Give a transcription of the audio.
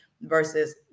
versus